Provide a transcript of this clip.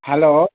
hello